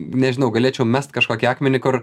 nežinau galėčiau mest kažkokį akmenį kur